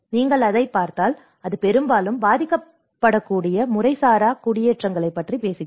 நீங்கள் அதைப் பார்த்தால் அது பெரும்பாலும் பாதிக்கப்படக்கூடிய முறைசாரா குடியேற்றங்களைப் பற்றி பேசுகிறது